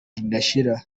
ridashira